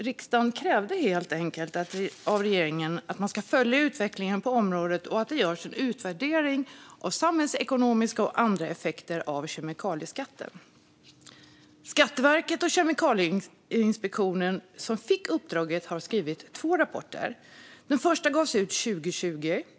Riksdagen krävde helt enkelt av regeringen att man ska följa utvecklingen på området och att det görs en utvärdering av samhällsekonomiska och andra effekter av kemikalieskatten. Skatteverket och Kemikalieinspektionen, som fick uppdraget, har skrivit två rapporter. Den första gavs ut 2020.